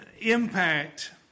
impact